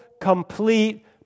complete